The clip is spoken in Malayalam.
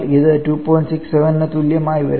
67 ന് തുല്യമായി വരുന്നു